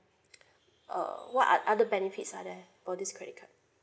err what are other benefits are there for this credit card